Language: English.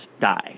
die